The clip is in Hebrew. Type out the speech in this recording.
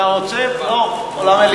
אתה רוצה למליאה,